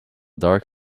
dark